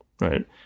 right